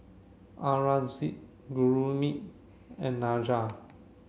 Aurangzeb Gurmeet and Niraj